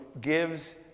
gives